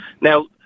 Now